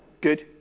Good